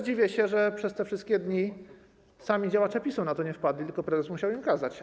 Dziwię się też, że przez te wszystkie dni sami działacze PiS-u na to nie wpadli, tylko prezes musiał im kazać.